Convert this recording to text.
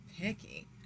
picky